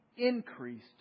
increased